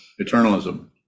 eternalism